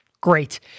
Great